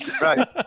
Right